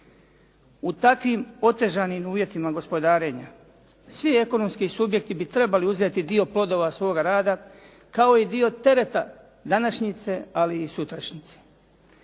U takvim otežanim uvjetima gospodarenja svi ekonomski subjekti bi trebali uzeti dio plodova svoga radova, kao i dio tereta današnjice, ali i sutrašnjice.